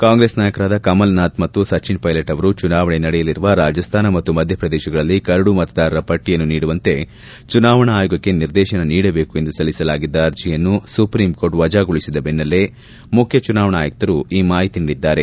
ಕಾಂಗ್ರೆಸ್ ನಾಯಕರಾದ ಕಮಲ್ನಾಥ್ ಮತ್ತು ಸಭ್ಯನ್ ಪೈಲೆಟ್ ಅವರು ಚುನಾವಣೆ ನಡೆಯಲಿರುವ ರಾಜಸ್ತಾನ ಮತ್ತು ಮಧ್ಯಪ್ರದೇಶಗಳಲ್ಲಿ ಕರಡು ಮತದಾರರ ಪಟ್ಟಿಯನ್ನು ನೀಡುವಂತೆ ಚುನಾವಣಾ ಆಯೋಗಕ್ಕೆ ನಿರ್ದೇಶನ ನೀಡಬೇಕು ಎಂದು ಸಲ್ಲಿಸಲಾಗಿದ್ದ ಅರ್ಜಿಯನ್ನು ಸುಪ್ರೀಂ ಕೋರ್ಟ್ ವಜಾ ಗೊಳಿಸಿದ ಬೆನ್ನೆಲ್ಲೇ ಮುಖ್ಯಚುನಾವಣಾ ಆಯುಕ್ತರು ಈ ಮಾಹಿತಿ ನೀಡಿದ್ದಾರೆ